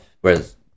whereas